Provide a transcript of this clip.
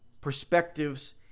perspectives